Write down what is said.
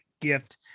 gift